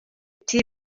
ati